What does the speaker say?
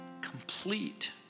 complete